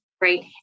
Right